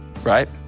Right